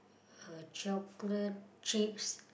a chocolate chips